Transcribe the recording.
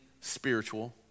spiritual